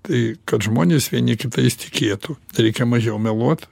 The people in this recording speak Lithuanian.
tai kad žmonės vieni kitais tikėtų reikia mažiau meluot